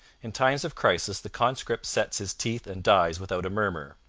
in times of crisis the conscript sets his teeth and dies without a murmur.